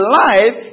life